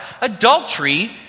adultery